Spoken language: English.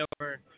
over